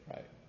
Right